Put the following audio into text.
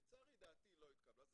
לצערי דעתי לא התקבלה.